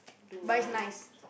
but it's nice